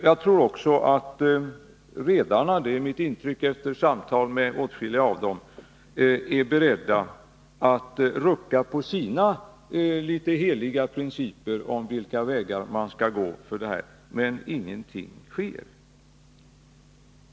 Jag tror att också redarna — det är mitt intryck efter samtal med åtskilliga av dem — är beredda att rucka på sina en smula heliga principer om vilka vägar man skall gå. Men ingenting sker.